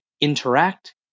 interact